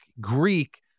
Greek